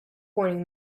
pointing